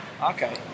Okay